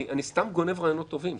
אם שנינו מסכימים על